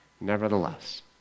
Nevertheless